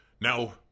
Now